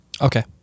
Okay